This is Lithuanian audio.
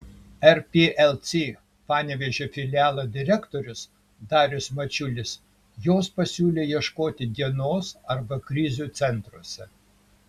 rplc panevėžio filialo direktorius darius mačiulis jos pasiūlė ieškoti dienos arba krizių centruose